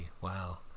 Wow